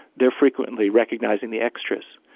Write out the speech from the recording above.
they are frequently recognising the extras.